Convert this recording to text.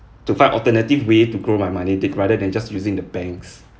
to find alternative way to grow my money then rather than just using the banks